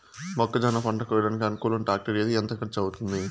మొక్కజొన్న పంట కోయడానికి అనుకూలం టాక్టర్ ఏది? ఎంత ఖర్చు అవుతుంది?